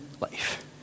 life